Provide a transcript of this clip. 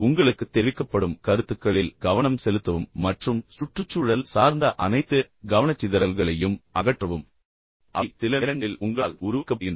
உங்களுக்குத் தெரிவிக்கப்படும் கருத்துக்களில் கவனம் செலுத்தவும் மற்றும் சுற்றுச்சூழல் சார்ந்த அனைத்து கவனச்சிதறல்களையும் அகற்றவும் அவை சில நேரங்களில் உங்களால் உருவாக்கப்படுகின்றன